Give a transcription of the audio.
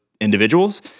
individuals